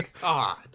god